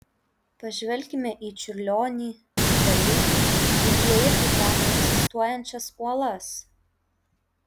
pažvelkime į čiurlionį dali juk jie irgi tapė egzistuojančias uolas